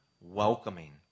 welcoming